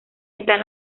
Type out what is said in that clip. están